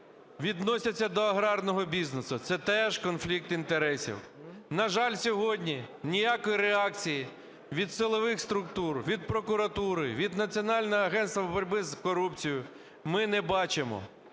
відносяться до аграрного бізнесу. Це теж конфлікт інтересів. На жаль, сьогодні ніякої реакції від силових структур, від прокуратури, від Національного агентства по боротьбі з корупцією ми не бачимо.